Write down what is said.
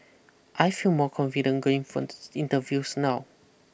I feel more confident going for interviews now